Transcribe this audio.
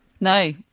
No